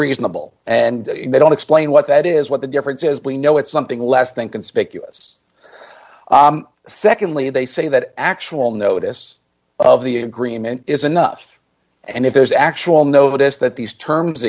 reasonable and they don't explain what that is what the difference is we know it's something less than conspicuous secondly they say that actual notice of the agreement is enough and if there's actual notice that these terms